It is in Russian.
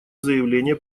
заявление